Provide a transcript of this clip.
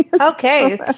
okay